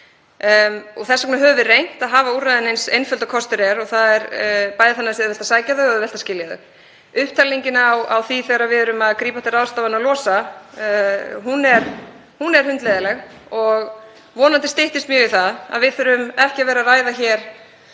Þess vegna höfum við reynt að hafa úrræðin eins einföld og kostur er, bæði þannig að það sé auðvelt að sækja þau og auðvelt að skilja þau. Upptalningin á því þegar við erum að grípa til ráðstafana og losa er hundleiðinleg og vonandi styttist í það að við þurfum ekki að vera að ræða hér